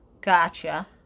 Gotcha